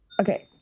okay